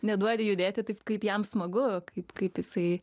neduodi judėti taip kaip jam smagu kaip kaip jisai